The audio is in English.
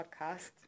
podcast